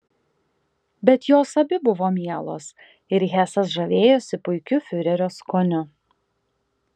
bet jos abi buvo mielos ir hesas žavėjosi puikiu fiurerio skoniu